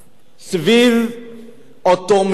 סביב אותו מקרה.